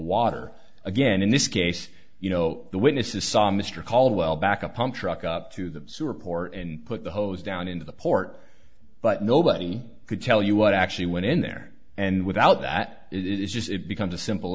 water again in this case you know the witnesses saw mr caldwell back up pump truck up to the sewer port and put the hose down into the port but nobody could tell you what actually went in there and without that it is just it becomes a simple